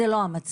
זה לא המצב,